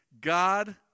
God